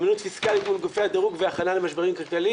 אמינות פיסקלית מול גופי הדרוג והכנה למשברים כלכליים,